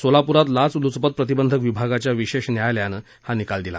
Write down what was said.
सोलापूरात लाचलुचपत प्रतिबंधक विभागाच्या विशेष न्यायालयाने हा निकाल दिला